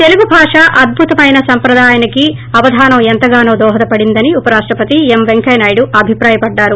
తెలుగు భాష అద్భుతమైన సంప్రదాయానికి అవధానం ఎంతగానో దోహద పడిందని ఉపరాష్టపతి ఎం పెంకయ్యనాయుడు అభుప్రాయపడ్లారు